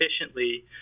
efficiently